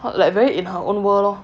hot like very in her own world lor